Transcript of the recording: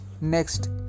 Next